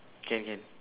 can can